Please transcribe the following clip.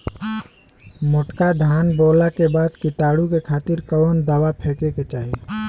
मोटका धान बोवला के बाद कीटाणु के खातिर कवन दावा फेके के चाही?